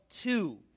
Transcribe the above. two